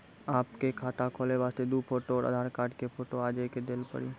आपके खाते खोले वास्ते दु फोटो और आधार कार्ड के फोटो आजे के देल पड़ी?